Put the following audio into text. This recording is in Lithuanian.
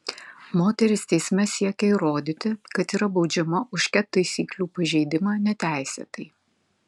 moteris teisme siekia įrodyti kad yra baudžiama už ket taisyklių pažeidimą neteisėtai